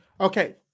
Okay